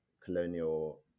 colonial